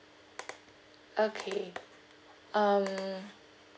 okay um